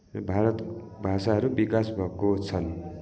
भारत भाषाहरू विकास भएको छन्